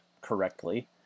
correctly